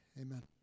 Amen